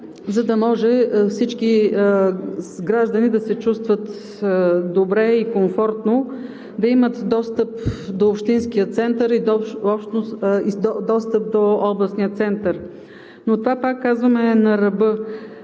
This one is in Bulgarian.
за да може всички граждани да се чувстват добре и комфортно, да имат достъп до общинския център и достъп до областния център, но това, пак казвам, е на ръба.